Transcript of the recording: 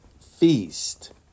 feast